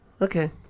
okay